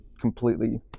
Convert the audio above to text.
completely